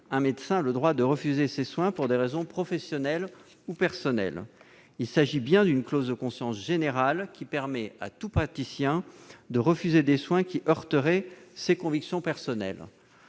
un médecin a le droit de refuser ses soins pour des raisons professionnelles ou personnelles ». Il s'agit bien d'une clause de conscience générale, laquelle permet à tout praticien de refuser des soins qui heurteraient ses convictions personnelles.